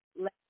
let